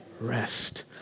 rest